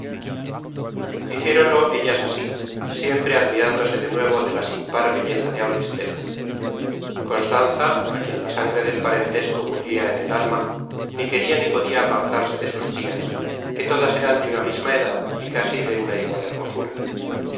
hiciéronlo ellas así siempre admirándose de nuevo de la sin par belleza de auristela constanza á quien la sangre del parentesco bullia en el alma ni queria ni podia apartarse de sus tias que todas eran de una misma edad y casi de una igual hermosura